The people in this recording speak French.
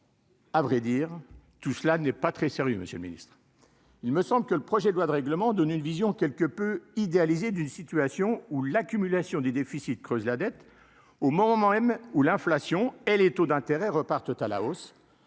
à vrai dire, tout cela n'est pas très sérieux Monsieur le Ministre, il me semble que le projet de loi de règlement donne une vision quelque peu idéalisé d'une situation où l'accumulation des déficits creuse la dette au moment même où l'inflation et les taux d'intérêt repartent à la hausse,